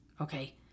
Okay